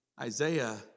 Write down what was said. Isaiah